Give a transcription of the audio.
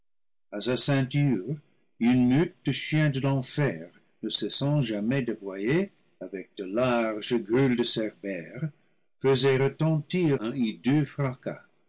a sa ceinture une meute de chiens de l'enfer ne cessant jamais d'aboyer avec de larges gueules de cerbère faisait retentir un hideux fracas